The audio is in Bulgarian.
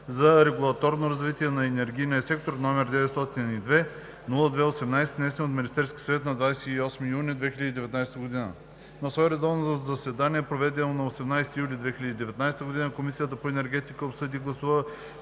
за регулаторно развитие на енергийния сектор, № 902-02-18, внесен от Министерския съвет на 28 юни 2019 г. На редовно заседание, проведено на 25 юли 2019 г., Комисията по бюджет и финанси